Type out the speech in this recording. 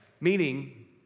Meaning